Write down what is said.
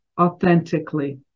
authentically